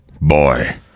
Boy